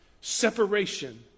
Separation